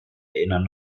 erinnern